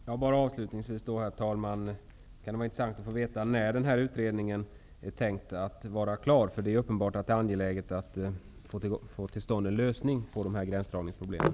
Herr talman! Avslutningsvis kan det vara intressant att få veta när denna utredning beräknas vara klar. Det är uppenbart att det är angeläget att få till stånd en lösning på de här gränsdragningsproblemen.